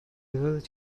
oeddet